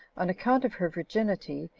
on account of her virginity,